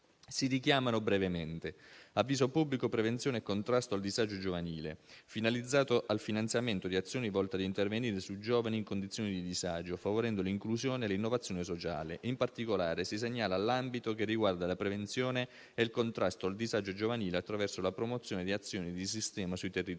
Si richiamano brevemente. In primo luogo, l'avviso pubblico «Prevenzione e contrasto al disagio giovanile», finalizzato al finanziamento di azioni volte ad intervenire su giovani in condizioni di disagio, favorendo l'inclusione e l'innovazione sociale. In particolare, si segnala l'ambito che riguarda la prevenzione e il contrasto al disagio giovanile attraverso la promozione di azioni di sistema sui territori